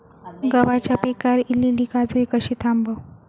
गव्हाच्या पिकार इलीली काजळी कशी थांबव?